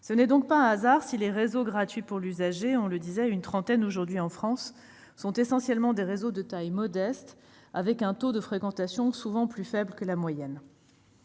Ce n'est donc pas un hasard si les réseaux gratuits pour l'usager, une trentaine aujourd'hui en France, sont pour la plupart de taille modeste, avec un taux de fréquentation souvent plus faible que la moyenne.